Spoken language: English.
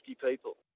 people